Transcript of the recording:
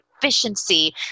efficiency